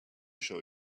show